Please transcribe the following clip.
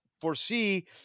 foresee